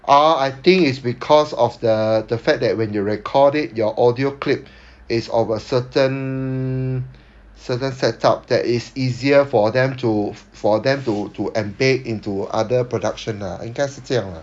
orh I think it's because of the the fact that when you record it your audio clip is of a certain certain set up that is easier for them to for them to to embed into other production lah 应该是这样 lah